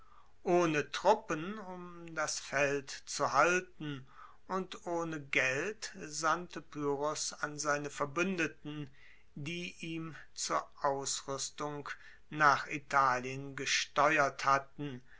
ohne truppen um das feld zu halten und ohne geld sandte pyrrhos an seine verbuendeten die ihm zur ausruestung nach italien gesteuert hatten